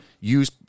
Use